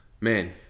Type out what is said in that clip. Man